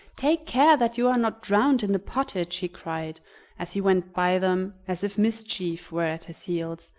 take care that you are not drowned in the pottage! he cried as he went by them as if mischief were at his heels,